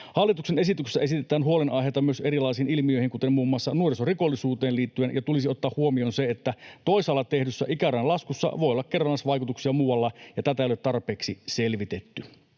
Hallituksen esityksessä esitetään huolenaiheita myös erilaisiin ilmiöihin, kuten muun muassa nuorisorikollisuuteen liittyen, ja tulisi ottaa huomioon se, että toisaalla tehdyssä ikärajan laskussa voi olla kerrannaisvaikutuksia muualla ja tätä ei ole tarpeeksi selvitetty.